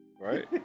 right